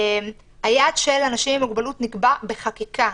היעד של אנשים עם מוגבלויות נקבע בחקיקה,